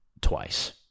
twice